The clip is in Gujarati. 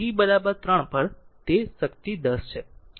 તેથી t 3 પર તે શક્તિ ૧૦ છે